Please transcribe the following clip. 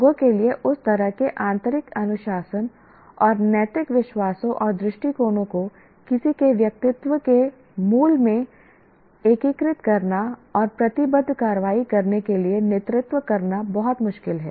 लोगों के लिए उस तरह के आंतरिक अनुशासन और नैतिक विश्वासों और दृष्टिकोणों को किसी के व्यक्तित्व के मूल में एकीकृत करना और प्रतिबद्ध कार्रवाई करने के लिए नेतृत्व करना बहुत मुश्किल है